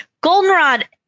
Goldenrod